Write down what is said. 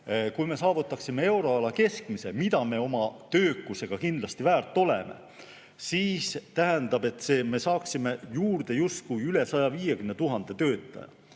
Kui me saavutaksime euroala keskmise, mida me oma töökusega kindlasti väärt oleme, siis see tähendab, et me saaksime juurde justkui üle 150 000 töötaja.